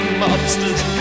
mobsters